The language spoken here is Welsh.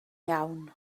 iawn